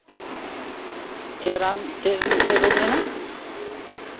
ᱪᱮᱫ ᱨᱟᱱ ᱪᱮᱫ ᱨᱳᱜᱽ ᱨᱮᱱᱟᱜ